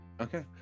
Okay